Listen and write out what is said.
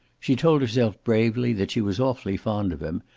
she told herself bravely that she was awfully fond of him,